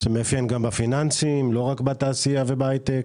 זה מאפיין גם בפיננסים, לא רק בתעשייה ובהייטק.